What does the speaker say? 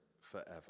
forever